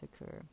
occur